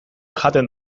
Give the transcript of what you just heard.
jaten